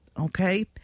Okay